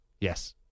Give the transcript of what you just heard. Yes